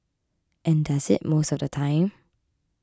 and does it most of the time